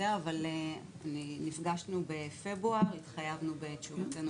נפגשנו בפברואר והתחייבנו בתשובתנו